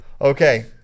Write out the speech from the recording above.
Okay